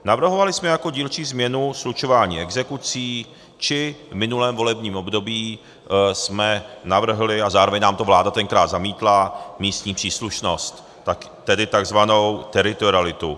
Navrhovali jsme jako dílčí změnu slučování exekucí či v minulém volebním období jsme navrhli, a zároveň nám to vláda tenkrát zamítla, místní příslušnost, tedy takzvanou teritorialitu.